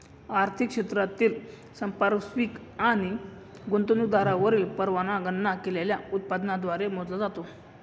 आर्थिक क्षेत्रातील संपार्श्विक आणि गुंतवणुकीवरील परतावा गणना केलेल्या उत्पन्नाद्वारे मोजला जातो